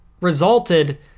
resulted